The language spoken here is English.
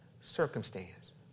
circumstance